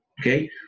Okay